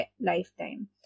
lifetime